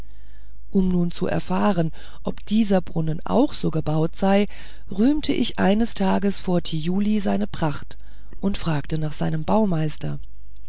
um nun zu erfahren ob dieser brunnen auch so gebaut sei rühmte ich eines tages vor thiuli seine pracht und fragte nach seinem baumeister